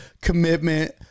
commitment